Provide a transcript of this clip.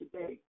today